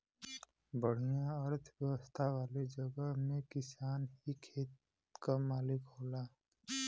बढ़िया अर्थव्यवस्था वाले जगह में किसान ही खेत क मालिक होला